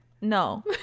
no